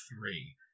three